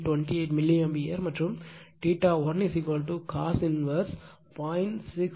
28 milli ampere மற்றும் 1 cos inverse 0